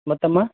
ಮತ್ತೆ ಅಮ್ಮ